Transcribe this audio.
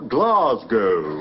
Glasgow